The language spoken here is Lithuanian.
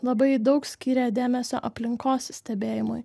labai daug skyrė dėmesio aplinkos stebėjimui